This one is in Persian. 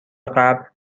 قبل، که